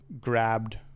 grabbed